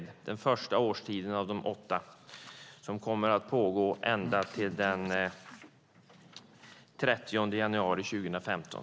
Det är den första årstiden av de åtta som kommer att pågå ända till den 30 januari 2015.